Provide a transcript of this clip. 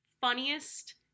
funniest